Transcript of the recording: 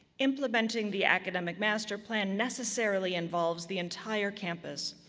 implementing the academic master plan necessarily involves the entire campus,